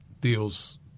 deals